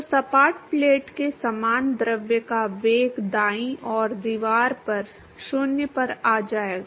तो सपाट प्लेट के समान द्रव का वेग दायीं ओर दीवार पर 0 पर आ जाएगा